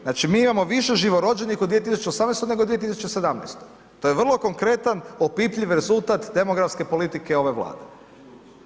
Znači, mi imamo više živorođenih u 2018., nego u 2017., to je vrlo konkretan, opipljiv rezultat demografske politike ove Vlade.